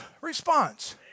response